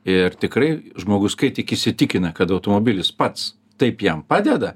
ir tikrai žmogus kai tik įsitikina kad automobilis pats taip jam padeda